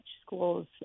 schools